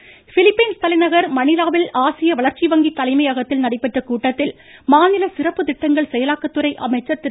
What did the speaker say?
Velumani Philippines தலைநகர் மணீலாவில் ஆசிய வளர்ச்சி வங்கி தலைமையகத்தில் நடைபெற்ற கூட்டத்தில் மாநில சிறப்பு திட்டங்கள் செயலாக்கத்துறை அமைச்சர் திரு